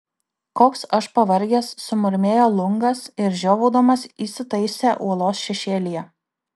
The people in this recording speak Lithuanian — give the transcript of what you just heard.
koks aš pavargęs sumurmėjo lungas ir žiovaudamas įsitaisė uolos šešėlyje